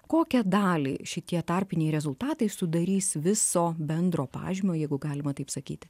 kokią dalį šitie tarpiniai rezultatai sudarys viso bendro pažymio jeigu galima taip sakyti